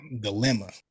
dilemma